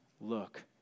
look